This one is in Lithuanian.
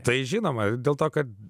tai žinoma dėl to kad